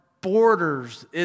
borders